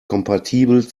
kompatibel